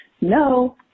No